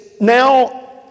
now